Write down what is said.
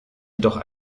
jedoch